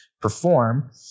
perform